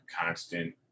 constant